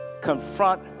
confront